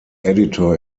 editor